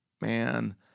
man